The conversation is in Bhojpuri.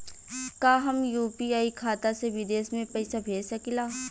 का हम यू.पी.आई खाता से विदेश में पइसा भेज सकिला?